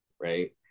right